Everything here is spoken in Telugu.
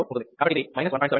4 ఉంటుంది కాబట్టి ఇది 1